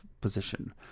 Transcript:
position